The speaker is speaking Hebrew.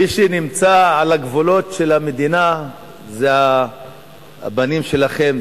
מי שנמצא על הגבולות של המדינה זה הבנים שלכם,